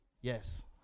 Yes